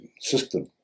system